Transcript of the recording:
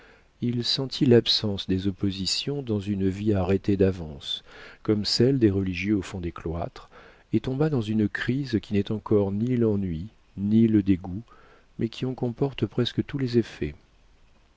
il sentit l'absence des oppositions dans une vie arrêtée d'avance comme celle des religieux au fond des cloîtres et tomba dans une crise qui n'est encore ni l'ennui ni le dégoût mais qui en comporte presque tous les effets